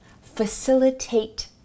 facilitate